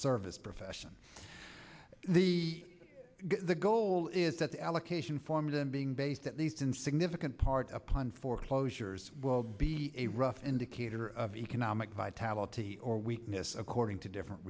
service profession the goal is that the allocation for me than being based at least in significant part upon foreclosures will be a rough indicator of economic vitality or weakness according to different